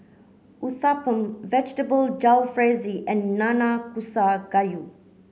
Uthapam Vegetable Jalfrezi and Nanakusa Gayu